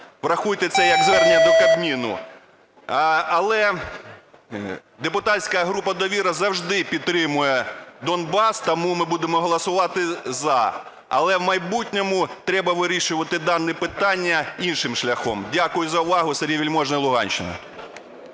Врахуйте це як звернення до Кабміну. Але депутатська група "Довіра" завжди підтримує Донбас, тому ми будемо голосувати "за", але в майбутньому треба вирішувати дане питання іншим шляхом. Дякую за увагу. Сергій Вельможний, Луганщина.